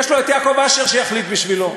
יש לו את יעקב אשר שיחליט בשבילו,